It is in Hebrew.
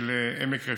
עמק רפאים.